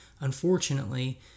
unfortunately